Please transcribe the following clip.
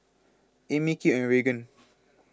Amey Kip and Reagan